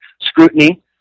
scrutiny